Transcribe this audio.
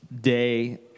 day